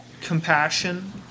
compassion